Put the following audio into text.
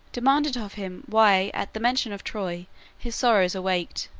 demanded of him why at the mention of troy his sorrows awaked.